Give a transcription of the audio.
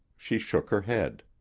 she shook her head.